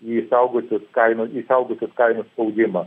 į išaugusius kainų išaugusius kainų spaudimą